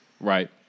right